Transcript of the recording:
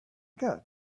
got